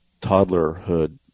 toddlerhood